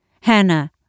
Hannah